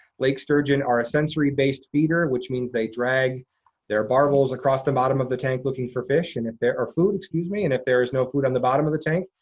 lake sturgeon are a sensory based feeder, which means they drag their barbels across the bottom of the tank looking for fish, and if there, or food, excuse me, and if there's no food on the bottom of the tank,